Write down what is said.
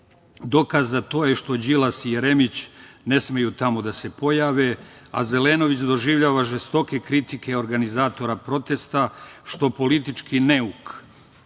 Dokaz za to je što Đilas i Jeremić ne smeju tamo da se pojave, a Zelenović doživljava žestoke kritike organizatora protesta, što politički neuk